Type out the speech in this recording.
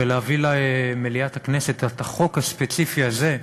להביא למליאת הכנסת את החוק הספציפי הזה,